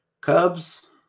Cubs